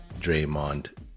Draymond